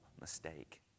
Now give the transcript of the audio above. mistake